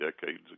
decades